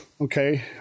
Okay